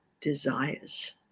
desires